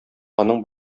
аның